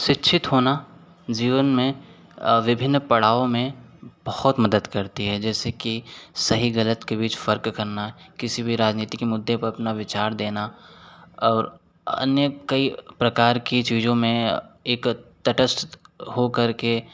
शिक्षित होना जीवन में विभिन्न पड़ाव में बहुत मदद करती है जैसे कि सही गलत के बीच फर्क करना किसी भी राजनीतिक मुद्दे पर अपना विचार देना और अन्य कई प्रकार की चीज़ों में एक तटस्थ हो कर के